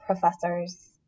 professors